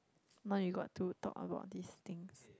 mine we got to talk about these things